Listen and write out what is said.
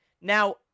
Now